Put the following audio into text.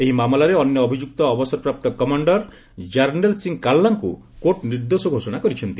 ଏହି ମାମଲାରେ ଅନ୍ୟ ଅଭିଯୁକ୍ତ ଅବସରପ୍ରାପ୍ତ କମାଣ୍ଡର ଜାର୍ନେଲ୍ ସିଂ କାର୍ଲାଙ୍କୁ କୋର୍ଟ ନିର୍ଦ୍ଦୋଷ ଘୋଷଣା କରିଛନ୍ତି